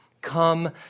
come